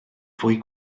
fwy